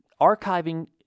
Archiving